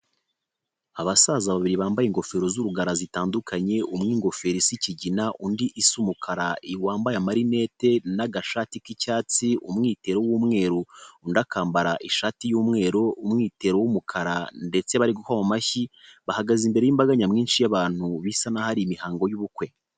Abasaza babiri bambaye ingofero z'urugara zitandukanye umwe ingofero isa kigina undi isa umukara, uwambaye amalinete n'agashati k'icyatsi umwitero w'umweru. Undi akambara ishati y'umweru umwitero w'umukara ndetse bari guha amashyi. Bahagaze imbere y'imbaga nyamwinshi y'abantu bisa naho hari imihango y'ubukwe.